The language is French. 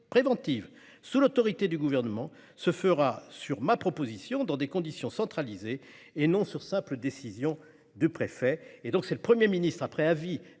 préventive, sous l'autorité du Gouvernement, se fera, sur ma proposition, dans des conditions centralisées et non sur simple décision du préfet. Il reviendra au Premier ministre, après avis